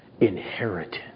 inheritance